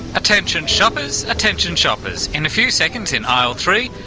attention shoppers, attention shoppers, in a few seconds in aisle three,